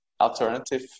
alternative